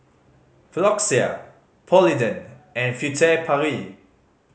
Floxia Polident and Furtere Paris